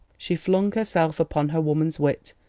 she flung herself upon her woman's wit,